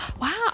wow